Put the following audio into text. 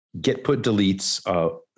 get-put-deletes